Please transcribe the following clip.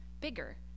bigger